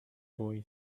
boy